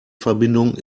verbindung